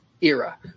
era